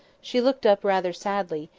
she looked up rather sadly,